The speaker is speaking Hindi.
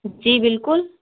जी बिल्कुल